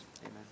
amen